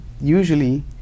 usually